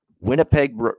Winnipeg